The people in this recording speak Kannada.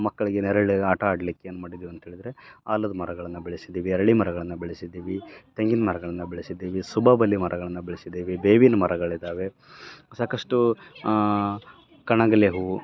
ಮಕ್ಕಳಿಗೆ ನೆರಳು ಆಟ ಆಡ್ಲಿಕ್ಕೆ ಏನು ಮಾಡಿದೀವಿ ಅಂತ ಹೇಳಿದರೆ ಆಲದ ಮರಗಳನ್ನು ಬೆಳೆಸಿದ್ದೀವಿ ಅರಳಿ ಮರಗಳನ್ನು ಬೆಳೆಸಿದ್ದೀವಿ ತೆಂಗಿನ ಮರಗಳನ್ನ ಬೆಳೆಸಿದ್ದೀವಿ ಸುಬಬಲ್ ಮರಗಳನ್ನು ಬೆಳೆಸಿದ್ದೀವಿ ಬೇವಿನ ಮರಗಳಿದ್ದಾವೆ ಸಾಕಷ್ಟು ಕಣಗಿಲೆ ಹೂವು